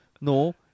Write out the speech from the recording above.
no